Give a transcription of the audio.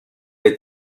est